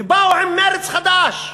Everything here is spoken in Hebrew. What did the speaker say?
ובאו עם מרץ חדש לממשלה,